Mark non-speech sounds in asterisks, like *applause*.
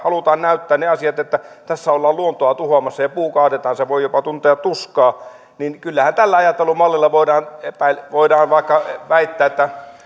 halutaan näyttää ne asiat niin että tässä ollaan luontoa tuhoamassa ja että kun puu kaadetaan se voi jopa tuntea tuskaa niin kyllähän tällä ajattelumallilla voidaan vaikka väittää että *unintelligible*